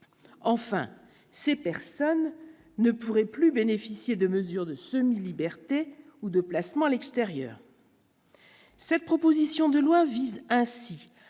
enfin, ces personnes ne pourraient plus bénéficier de mesures de semi-liberté ou de placement à l'extérieur. Cette proposition de loi vise ainsi